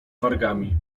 wargami